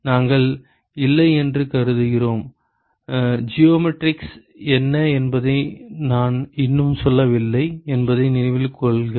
நாங்கள் இல்லை என்று கருதுகிறோம் ஜியோமெட்ரி என்ன என்பதை நான் இன்னும் சொல்லவில்லை என்பதை நினைவில் கொள்க